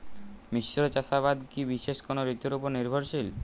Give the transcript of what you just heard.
মিশ্র চাষাবাদ কি বিশেষ কোনো ঋতুর ওপর নির্ভরশীল?